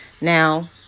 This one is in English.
Now